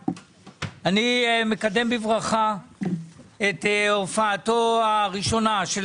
אני מקדם בברכה את הופעתו הראשונה של